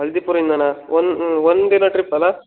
ಹಳ್ದಿಪುರದಿಂದನ ಒಂದು ಒಂದಿನ ಟ್ರಿಪ್ ಅಲ್ಲ